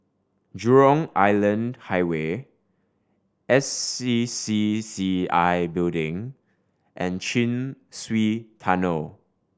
Jurong Island Highway S C C C I Building and Chin Swee Tunnel